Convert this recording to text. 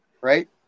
right